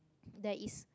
there is